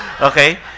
okay